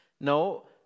No